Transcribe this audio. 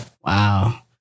Wow